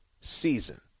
season